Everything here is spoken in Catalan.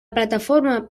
plataforma